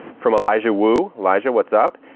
from elijah wu elijah, what's up?